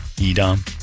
Edom